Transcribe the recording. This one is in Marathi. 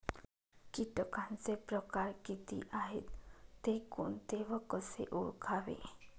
किटकांचे प्रकार किती आहेत, ते कोणते व कसे ओळखावे?